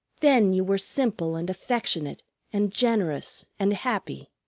then you were simple and affectionate and generous and happy.